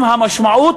עם המשמעות